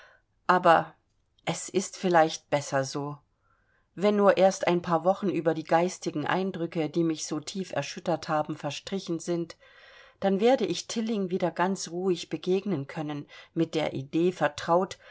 aber es ist vielleicht besser so wenn nur erst ein paar wochen über die geistigen eindrücke die mich so tief erschüttert haben verstrichen sind dann werde ich tilling wieder ganz ruhig begegnen können mit der idee vertraut